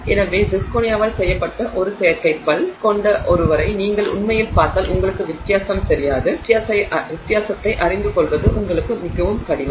எனவே சிர்கோனியாவால் செய்யப்பட்ட ஒரு செயற்கை பல் கொண்ட ஒருவரை நீங்கள் உண்மையில் பார்த்தால் உங்களுக்கு வித்தியாசம் தெரியாது வித்தியாசத்தை அறிந்து கொள்வது உங்களுக்கு மிகவும் கடினம்